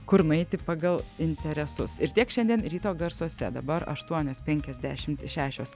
kur nueiti pagal interesus ir tiek šiandien ryto garsuose dabar aštuonios penkiasdešimt šešios